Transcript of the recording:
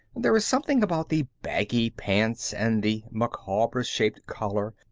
there is something about the baggy pants, and the micawber-shaped collar,